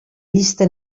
llista